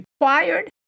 required